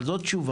אבל זאת תשובה.